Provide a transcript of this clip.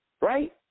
Right